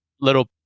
little